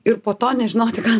ir po to nežinoti ką